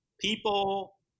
People